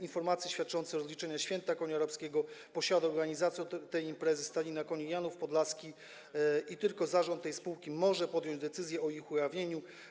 Informacje świadczące o rozliczeniu Święta Konia Arabskiego posiada organizator tej imprezy Stadnina Koni Janów Podlaski i tylko zarząd tej spółki może podjąć decyzję o ich ujawnieniu.